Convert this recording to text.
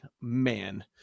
man